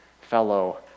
fellow